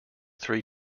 three